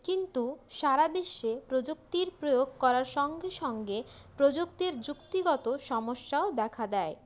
কিন্তু সারা বিশ্বে প্রযুক্তির প্রয়োগ করার সঙ্গে সঙ্গে প্রযুক্তির যুক্তিগত সমস্যাও দেখা দেয়